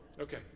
Okay